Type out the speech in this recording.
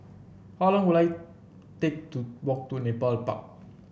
how long will I take to walk to Nepal Park